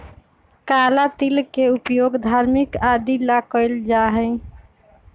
काला तिल के उपयोग धार्मिक आदि ला कइल जाहई